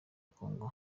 congo